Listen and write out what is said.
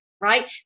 right